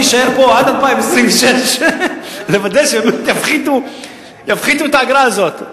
אני אשאר פה עד 2026 לוודא שבאמת יפחיתו את האגרה הזאת.